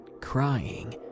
crying